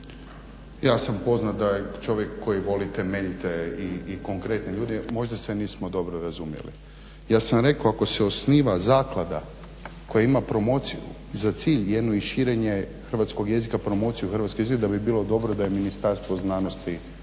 ja sam poznat kao čovjek koji voli temeljite i konkretne ljude, možda se nismo dobro razumjeli. Ja sam rekao ako se osniva zaklada koja ima promociju za cilj jedno širenje hrvatskog jezika, promociju hrvatskog jezika da bi bilo dobro da je Ministarstvo znanosti